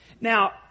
Now